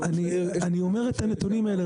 אני אומר את הנתונים האלה,